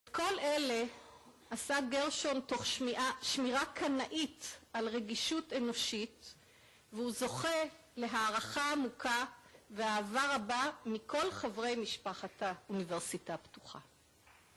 את כל אלה עשה גרשון תוך שמיעה... שמירה קנאית על רגישות אנושית והוא זוכה להערכה עמוקה ואהבה רבה מכל חברי משפחת האוניברסיטה הפתוחה.